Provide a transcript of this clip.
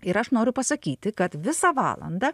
ir aš noriu pasakyti kad visą valandą